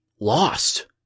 lost